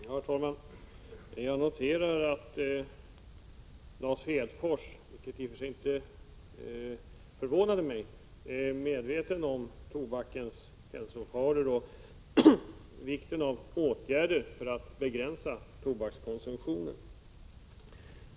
Herr talman! Jag noterar att Lars Hedfors — vilket i och för sig inte förvånar mig — är medveten om tobakens hälsofaror och vikten av åtgärder för att begränsa tobakskonsumtionen.